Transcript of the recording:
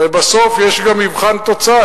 הרי בסוף יש גם מבחן תוצאה.